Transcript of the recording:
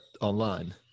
online